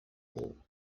wall